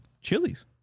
chilies